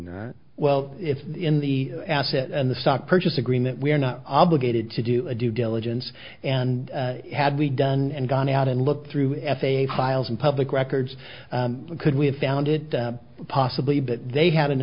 know well it's in the asset and the stock purchase agreement we are not obligated to do a due diligence and had we done and gone out and looked through f a a files and public records could we have found it possibly but they had an